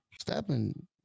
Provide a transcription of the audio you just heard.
Stepping